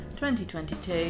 2022